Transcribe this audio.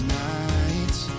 nights